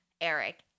Eric